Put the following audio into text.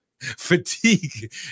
Fatigue